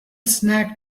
snagged